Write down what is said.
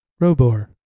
Robor